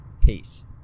Peace